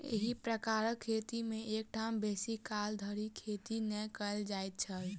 एही प्रकारक खेती मे एक ठाम बेसी काल धरि खेती नै कयल जाइत छल